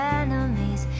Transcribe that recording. enemies